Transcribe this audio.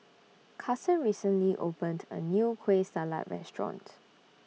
Kasen recently opened A New Kueh Salat Restaurant